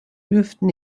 dürften